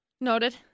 Noted